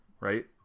right